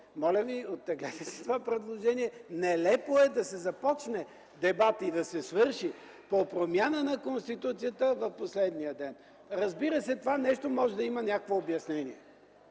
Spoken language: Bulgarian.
Моля ви, оттеглете си това предложение. Нелепо е да се започне дебат и да се свърши по промяна на Конституцията в последния ден! Разбира се, това нещо може да има някакво обяснение